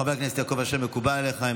חבר הכנסת יעקב אשר, מקובל עליך?